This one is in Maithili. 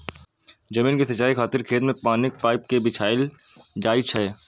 जमीन के सिंचाइ खातिर खेत मे पानिक पाइप कें बिछायल जाइ छै